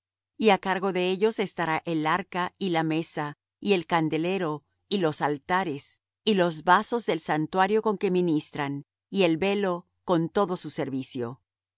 y á cargo de ellos estará el arca y la mesa y el candelero y los altares y los vasos del santuario con que ministran y el velo con todo su servicio